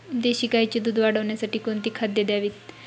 देशी गाईचे दूध वाढवण्यासाठी कोणती खाद्ये द्यावीत?